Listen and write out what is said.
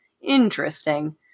interesting